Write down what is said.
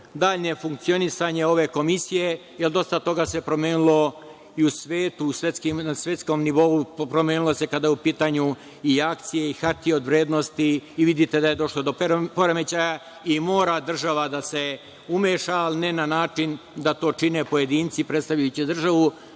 dalje funkcionisanje ove Komisije, jer dosta toga se promenilo i u svetu, na svetskom nivou promenilo se kada su u pitanju i akcije i hartije od vrednosti. I vidite da je došlo do poremećaja i mora država da se umeša, ali ne na način da to čine pojedinci predstavljajući državu,